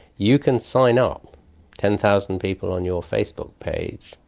you can sign up ten thousand people on your facebook page,